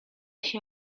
się